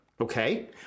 Okay